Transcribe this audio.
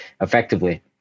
effectively